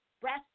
breast